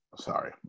Sorry